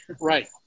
right